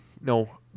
No